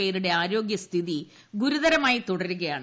പേരുടെ ആരോഗ്യസ്ഥിതി ഗുരുതരമായി തുടരുകയാണ്